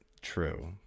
True